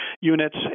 units